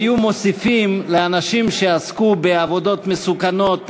היו מוסיפים לאנשים שעסקו בעבודות מסוכנות,